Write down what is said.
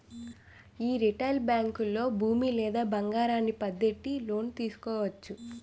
యీ రిటైలు బేంకుల్లో భూమి లేదా బంగారాన్ని పద్దెట్టి లోను తీసుకోవచ్చు